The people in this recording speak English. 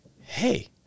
hey